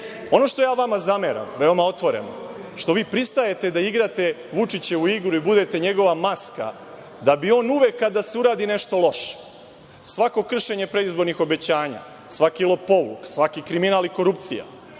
što vam zameram, veoma otvoreno, što vi pristajete da igrate Vučićevu igru i budete njegova maska, da bi on uvek, kada se uradi nešto loše, svako kršenje predizbornih obećanja, svaki lopovluk, svaki kriminal i korupcija,